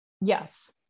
Yes